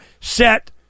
set